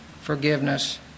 forgiveness